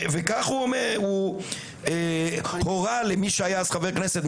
הוא הורה בנושא פיטום האווזים למי שהיה אז חבר כנסת,